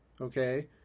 Okay